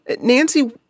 Nancy